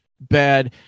bad